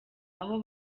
aho